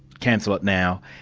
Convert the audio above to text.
cancel it now'.